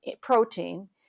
protein